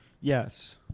Yes